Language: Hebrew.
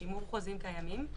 שימור חוזים קיימים,